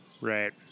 Right